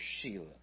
Sheila